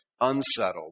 unsettled